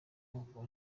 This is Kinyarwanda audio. ngo